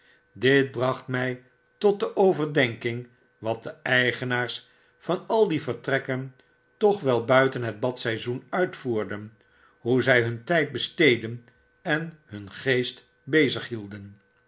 dit bracht my tot de overdenking wat de eigenaars van al die vertrekken toch wel buiten het badseizoen uitvoerden hoe zij hun tyd besteedden en hun geest